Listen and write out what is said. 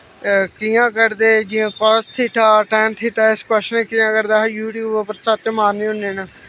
कियां कड्डदे जियां काज थिटा टैन थिटा इस कवाशने कियां कड्डदे अस यूट्यूब उप्पर सर्च मारने होन्ने न